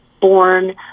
born